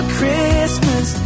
Christmas